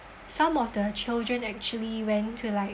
some of the children actually went to like